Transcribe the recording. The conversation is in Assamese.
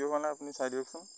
কিয় হোৱা নাই আপুনি চাই দিয়কচোন